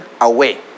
away